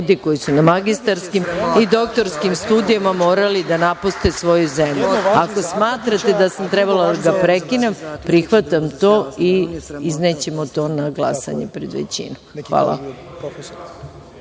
ljudi koji su na magistarskim i doktorskim studijama morali da napuste svoju zemlju. Ako smatrate da sam trebala da prekinem, prihvatam to i iznećemo to na glasanje pred većinu. Hvala.(Marko